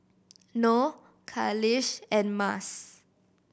Noh Khalish and Mas